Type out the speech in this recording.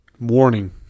warning